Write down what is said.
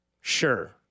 sure